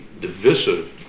divisive